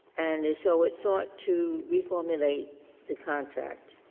and so it sought to reformulate the contract.